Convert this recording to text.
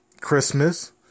Christmas